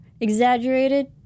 exaggerated